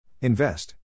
Invest